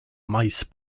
mice